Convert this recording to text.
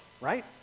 right